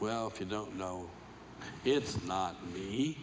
well if you don't know it's not